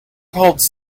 holds